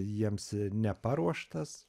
jiems neparuoštas